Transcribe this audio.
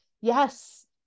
Yes